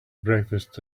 breakfast